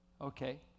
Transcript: Okay